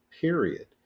period